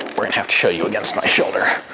we're gonna have to show you against my shoulder,